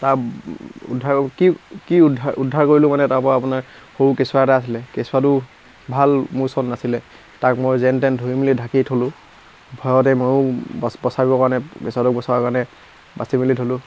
তাৰ উদ্ধাৰ কি কি উদ্ধাৰ উদ্ধাৰ কৰিলোঁ মানে তাৰ পৰা মানে আপোনাৰ সৰু কেঁচুৱা এটা আছিলে কেঁচুৱাটো ভাল মোৰ ওচৰত নাছিলে তাক মই যেন তেন ধৰি মেলি ঢাকি থলোঁ ভয়তে ময়ো বাচ বচাবৰ কাৰণে কেঁচুৱাটোক বচাবৰ কাৰণে বাছি মেলি থ'লোঁ